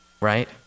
right